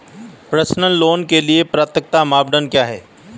Personal loan के लिए पात्रता मानदंड क्या हैं?